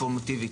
אינפורמטיבית.